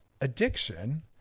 addiction